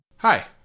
Hi